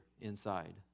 inside